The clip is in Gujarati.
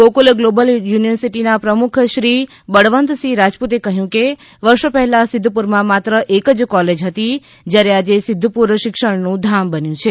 ગોકુલ ગ્લોબલ યુનિવર્સીટીના પ્રમુખ શ્રી બળવતસિંહ રાજપુતે કહ્યું કે વર્ષો પહેલા સિદ્ધિપુરમાં માત્ર એક જ કોલેજ હતી જ્યારે આજે સિધ્ધપુર શિક્ષણનું ધામ બન્યું છે